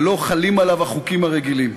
ולא חלים עליו החוקים הרגילים.